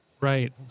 Right